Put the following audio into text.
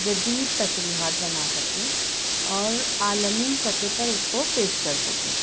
جدید تشریحات بنا سکے اور عالمی سطح پر اُس کو پیش کر سکے